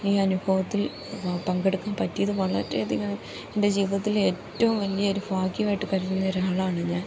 ഈ അനുഭവത്തിൽ പങ്കെടുക്കാൻ പറ്റിയത് വളരെയധികം എൻ്റെ ജീവിതത്തിൽ ഏറ്റവും വലിയൊരു ഭാഗ്യമായിട്ട് കരുതുന്ന ഒരാളാണ് ഞാൻ